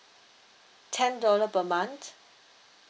ten dollar per month